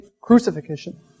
crucifixion